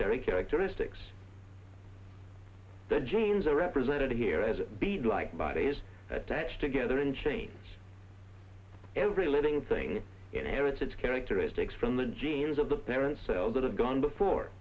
terry characteristics the genes are represented here as bead like bodies attached together in chains every living thing inherited characteristics from the genes of the parent cells that have gone before